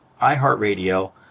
iHeartRadio